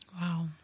Wow